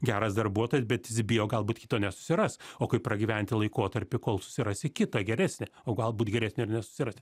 geras darbuotojas bet jis bijo galbūt kito nesusiras o kaip pragyventi laikotarpį kol susirasi kitą geresnį o galbūt geresnio ir nesusirasi